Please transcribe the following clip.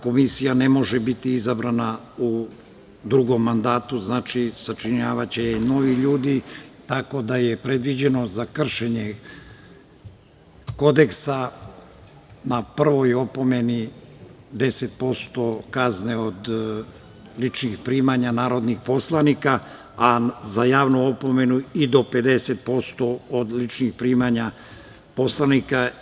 Komisija ne može biti izabrana u drugom mandatu, znači, sačinjavaće je novi ljudi, tako da je predviđeno za kršenje kodeksa, na prvoj opomeni deset posto kazne od ličnih primanja narodnih poslanika, a za javnu opomenu i do 50% od ličnih primanja poslanika.